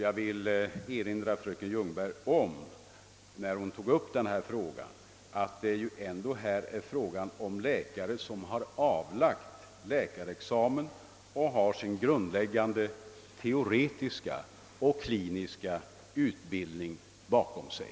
Jag vill erinra fröken Ljungberg, som tog upp denna fråga, om att det ju här gäller läkare som har avlagt läkarexamen och har sin grundläggande teoretiska och kliniska utbildning bakom sig.